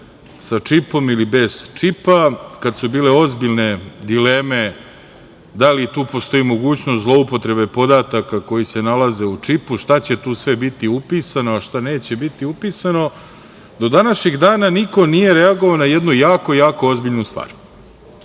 sa čipom ili bez čipa, kad su bile ozbiljne dileme da li tu postoji mogućnost zloupotrebe podataka koji se nalaze u čipu, šta će tu sve biti upisano, a šta neće biti upisano, do današnjih dana niko nije reagovao na jednu jako ozbiljnu stvar.